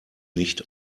nicht